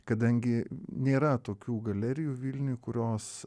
kadangi nėra tokių galerijų vilniuj kurios